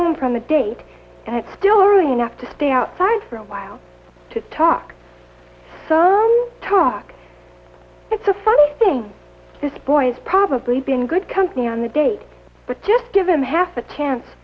home from the date and it's still early enough to stay outside for a while to talk the talk it's a funny thing this boy has probably been good company on the date but just give him half a chance